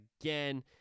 again